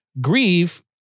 grieve